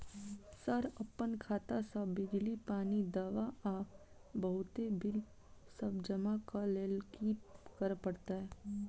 Sir अप्पन खाता सऽ बिजली, पानि, दवा आ बहुते बिल सब जमा करऽ लैल की करऽ परतै?